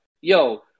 yo